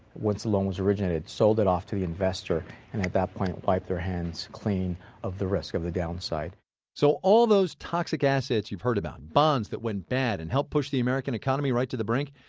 once the loan was originated, sold it off to the investor, and at that point, wiped their hands clean of the risk of the downside so all those toxic assets you've heard about? bonds that went bad and helped push the american economy right to brink?